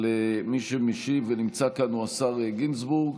מי שמשיב ונמצא כאן הוא השר גינזבורג.